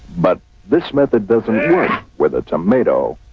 but this method doesn't work with a tomato.